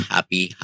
Happy